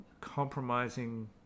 compromising